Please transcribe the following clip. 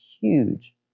huge